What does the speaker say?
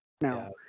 Now